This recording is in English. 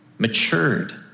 matured